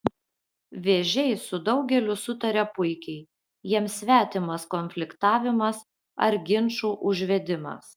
vėžiai su daugeliu sutaria puikiai jiems svetimas konfliktavimas ar ginčų užvedimas